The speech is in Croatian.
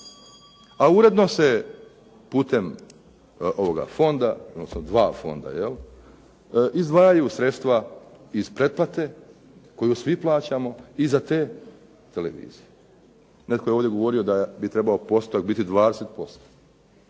A uredno se putem fonda, odnosno dva fonda, izdvajaju sredstva iz pretplate koju svi plaćamo i za te televizije. Netko je ovdje govorio da bi trebao postotak biti 20%.